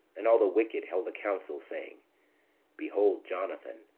and all the wicked held a council, saying behold jonathan,